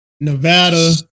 Nevada